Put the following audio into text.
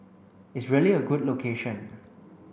it's really a good location